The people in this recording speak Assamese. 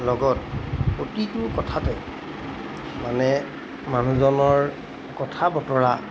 লগত প্ৰতিটো কথাতে মানে মানুহজনৰ কথা বতৰা